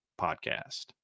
podcast